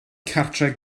cartref